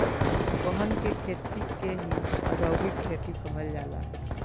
गहन के खेती के ही औधोगिक खेती कहल जाला